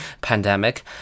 pandemic